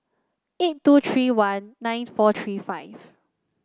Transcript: eight two three one nine four three five